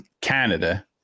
Canada